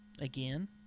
Again